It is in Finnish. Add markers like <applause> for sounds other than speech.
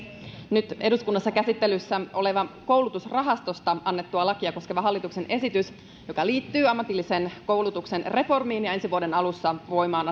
nyt eduskunnassa käsittelyssä oleva koulutusrahastosta annettua lakia koskeva hallituksen esitys joka liittyy ammatillisen koulutuksen reformiin ja ensi vuoden alussa voimaan <unintelligible>